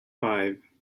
five